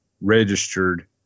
registered